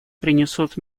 принесут